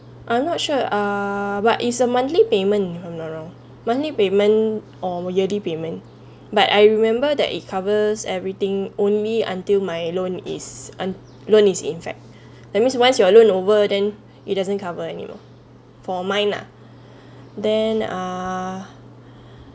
I'm not sure ah what is a monthly payment I don't know monthly payment or yearly payment but I remember that it covers everything only until my loan is un~ loan is in fact that means once your loan over then it doesn't cover anymore for mine lah then ah